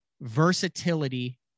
versatility